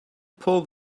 pull